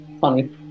funny